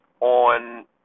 on